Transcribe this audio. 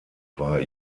war